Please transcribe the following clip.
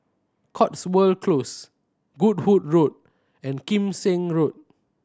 Cotswold Close Goodwood Road and Kim Seng Road